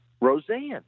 Roseanne